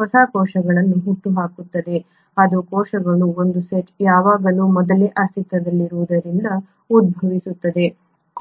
ಹೊಸ ಕೋಶಗಳನ್ನು ಹುಟ್ಟುಹಾಕುತ್ತದೆ ಅದು ಕೋಶಗಳ ಒಂದು ಸೆಟ್ ಯಾವಾಗಲೂ ಮೊದಲೇ ಅಸ್ತಿತ್ವದಲ್ಲಿರುವುದರಿಂದ ಉದ್ಭವಿಸುತ್ತದೆ